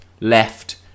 left